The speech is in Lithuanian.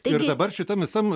ir dabar šitam visam